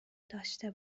داشته